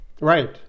right